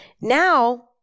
Now